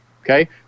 okay